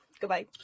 goodbye